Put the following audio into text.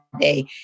day